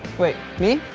wait? me?